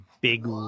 big